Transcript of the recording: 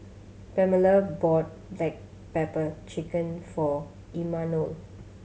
Pamella bought black pepper chicken for Imanol